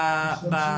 משתמשים,